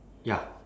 ya